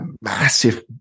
massive